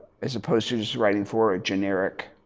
as opposed to just writing for a generic